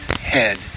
head